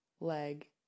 leg